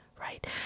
right